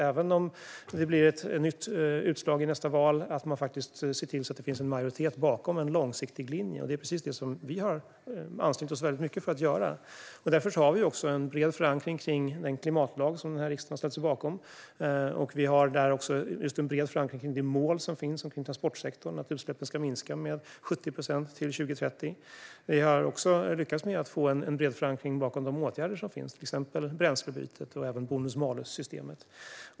Även om det blir ett nytt utslag i nästa val bör man se till att det finns en majoritet bakom en långsiktig linje. Det är precis det som vi har ansträngt oss väldigt mycket för att göra. Därför har vi också en bred förankring kring den klimatlag som den här riksdagen har ställt sig bakom. Vi har också ett brett förankrat mål för transportsektorn, att utsläppen ska minska med 70 procent till 2030. Vi har även lyckats få en bred förankring bakom de åtgärder som har vidtagits, till exempel bränslebytet och bonus-malus-systemet.